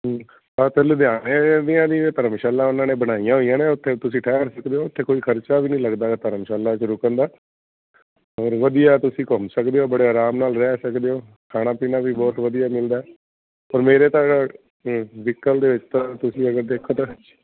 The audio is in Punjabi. ਠੀਕ ਐ ਲੁਧਿਆਣੇ ਵੀ ਧਰਮਸ਼ਾਲਾ ਉਹਨਾਂ ਨੇ ਬਣਾਈਆਂ ਹੋਈਆਂ ਨੇ ਉਥੇ ਤੁਸੀਂ ਠਹਿਰ ਸਕਦੇ ਹੋ ਉਥੇ ਕੋਈ ਖਰਚਾ ਵੀ ਨਹੀਂ ਲੱਗਦਾ ਧਰਮਸ਼ਾਲਾ 'ਚ ਰੁਕਣ ਦਾ ਔਰ ਵਧੀਆ ਤੁਸੀਂ ਘੁੰਮ ਸਕਦੇ ਹੋ ਬੜੇ ਆਰਾਮ ਨਾਲ ਰਹਿ ਸਕਦੇ ਹੋ ਖਾਣਾ ਪੀਣਾ ਵੀ ਬਹੁਤ ਵਧੀਆ ਮਿਲਦਾ ਪਰ ਮੇਰੇ ਤਾਂ ਵਹੀਕਲ ਦੇ ਵਿੱਚ ਤਾਂ ਤੁਸੀਂ ਅਗਰ ਦੇਖੋ ਤਾ